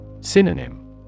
Synonym